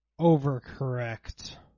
overcorrect